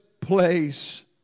place